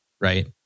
right